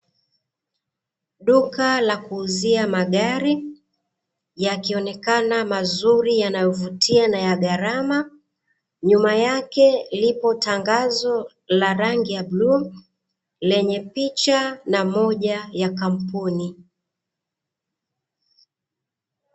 Duka la kuuzia magari, yakionekana mazuri yanayovutia na ya gharama, nyuma yake lipo tangazo la rangi ya bluu, lenye picha na moja ya kampuni.